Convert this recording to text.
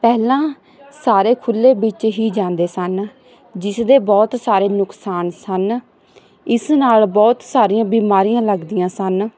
ਪਹਿਲਾਂ ਸਾਰੇ ਖੁੱਲ੍ਹੇ ਵਿੱਚ ਹੀ ਜਾਂਦੇ ਸਨ ਜਿਸ ਦੇ ਬਹੁਤ ਸਾਰੇ ਨੁਕਸਾਨ ਸਨ ਇਸ ਨਾਲ ਬਹੁਤ ਸਾਰੀਆਂ ਬਿਮਾਰੀਆਂ ਲੱਗਦੀਆਂ ਸਨ